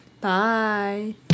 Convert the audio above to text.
bye